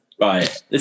Right